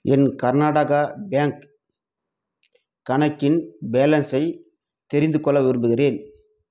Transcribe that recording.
என் Karnataka bank கணக்கின் பேலன்ஸை தெரிந்துகொள்ள விரும்புகிறேன்